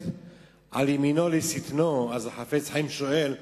על ימינו לשטנו" אז החפץ-חיים שואל: